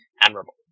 admirable